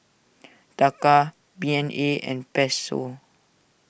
Taka B N A and Peso